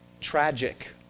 tragic